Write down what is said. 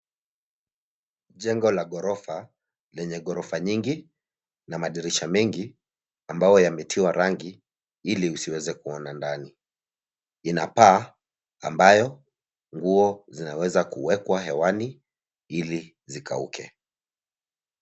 Jengo la ghorofa, lenye ghorofa nyingi, na madirisha mengi, ambayo yametiwa rangi, ili usiweze kuona ndani, ina paa, ambayo nguo, zinaweza kuwekwa hewani ili zikauke.